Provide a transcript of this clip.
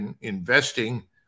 investing